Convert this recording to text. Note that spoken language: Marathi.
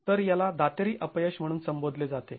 तर याला दातेरी अपयश म्हणून संबोधले जाते